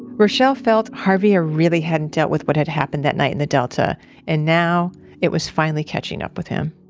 reshell felt javier really hadn't dealt with what had happened that night in the delta and now it was finally catching up with him